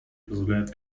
позволяет